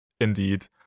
indeed